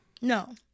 No